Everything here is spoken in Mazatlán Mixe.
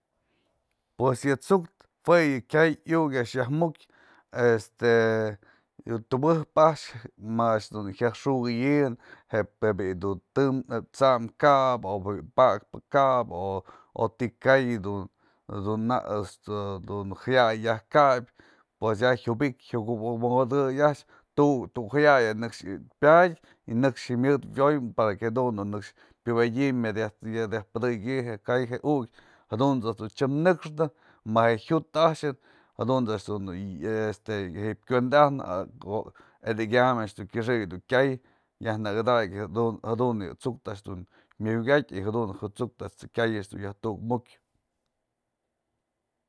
Pues yë tsu'uktë jue kyay iukë a'ax yaj mukë, este tubëp a'ax ma a'ax dun jyaj xukëyi'i je bi'i du tëm sam kabë o bi'i pa'akpë kabë o ti ka'ay dun nak este dun jaya'ay yaj kabyë pues ya jiubyk jiukotëy a'ax tuj jiay nëkxë pyadë nëkxë jyamyët wyoy para que jadun dun nëkxë pyubedyë myëd yaj pëdëky je ka'ay je iukë, jadunt's dun a'ax je t'syem në'ëkxnë ma je jyut a'axën jadun a'ax dun este ji'ib kuendë ajnë, edyëkam kyëxek du kyay, yaj nëkëdakë jedun jadun yë tsu'uktë a'ax jedun mya jukyatë jadun je tsu'uktë kyay a'ax yaj tukmukyë.